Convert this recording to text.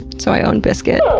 so i own biscuit.